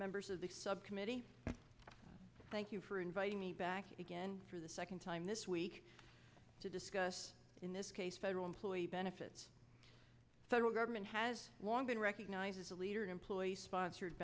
members of the subcommittee thank you for inviting me back again for the second time this week to discuss in this case federal employee benefits federal government has long been recognized as a leader in employer sponsored